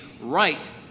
right